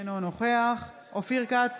אינו נוכח אופיר כץ,